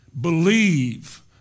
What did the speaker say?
believe